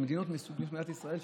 שהן מדינות מהסוג של מדינת ישראל,